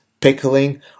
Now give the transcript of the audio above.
pickling